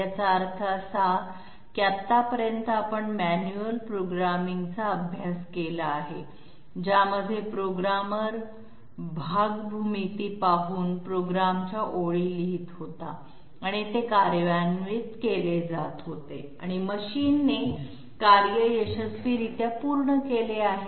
याचा अर्थ असा की आतापर्यंत आपण मॅन्युअल प्रोग्रामिंगचा अभ्यास केला आहे ज्यामध्ये प्रोग्रामर भूमिती भाग पाहून प्रोग्रामच्या ओळी लिहित होता आणि ते कार्यान्वित केले जात होते आणि मशीन ने कार्य यशस्वीरित्या पूर्ण केले होते